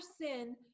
sin